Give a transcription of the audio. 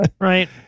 right